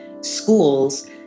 schools